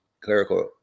clerical